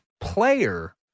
player